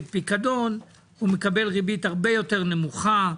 פיקדון, הוא מקבל ריבית הרבה יותר נמוכה.